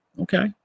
okay